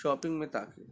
shopping میں تا کہ